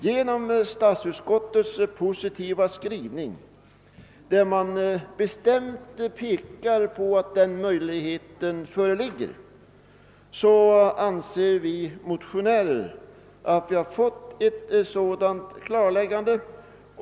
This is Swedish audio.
Genom statsutskottets positiva skrivning, där det bestämt anges att denna möjlighet föreligger, anser vi motionärer ait vi fått ett sådant klarläggande.